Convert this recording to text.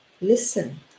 listen